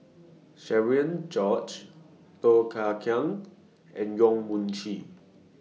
Cherian George Low Thia Khiang and Yong Mun Chee